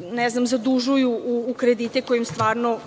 nekako zadužuju u kredite koji im stvarno